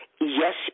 Yes